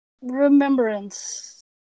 Remembrance